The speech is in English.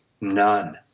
none